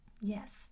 Yes